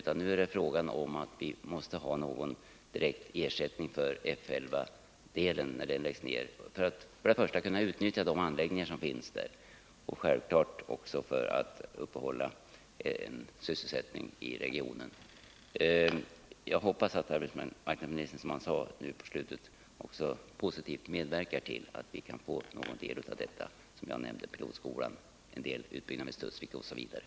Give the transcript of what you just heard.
Vad det nu gäller är att vi måste ha en direkt ersättning för nedläggningen av F 11, dels för att kunna utnyttja de anläggningar som finns där, dels naturligtvis för att kunna upprätthålla sysselsättningen i regionen. Jag hoppas att arbetsmarknadsministern, såsom han sade här mot slutet i sin replik, positivt kommer att medverka till att vi får någon del av de verksamheter som jag nämnde: pilotskolan, utbyggnaden vid Studsvik m.m.